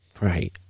Right